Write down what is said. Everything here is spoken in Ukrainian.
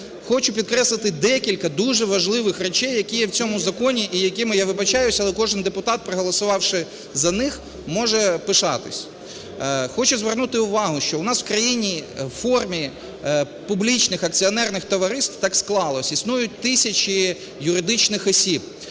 Хочу підкреслити декілька дуже важливих речей, які є в цьому законі, і якими, я вибачаюсь, але кожен депутат, проголосувавши за них, може пишатися. Хочу звернути увагу, що у нас в країні в формі публічних акціонерних товариств, так склалося, існують тисячі юридичних осіб.